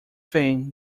thing